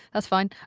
that's fine. and